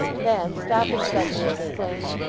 then stopping suddenly, exclaimed,